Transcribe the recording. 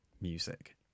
music